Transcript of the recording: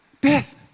Beth